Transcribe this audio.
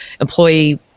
employee